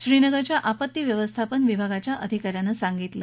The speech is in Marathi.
श्रीनगरच्या आपत्ती व्यवस्थापन विभागाच्या अधिका यानं सांगितलं